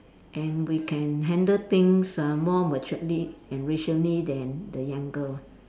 and we can handle things uh more maturely and rationally than the younger one